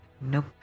Nope